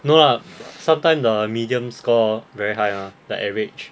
no lah sometime the median score very high mah the average